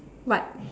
what